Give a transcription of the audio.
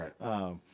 Right